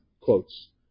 quotes